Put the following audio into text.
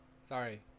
Sorry